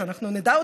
שאנחנו נדע אותה,